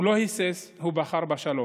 הוא לא היסס, הוא בחר בשלום.